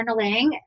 journaling